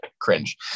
cringe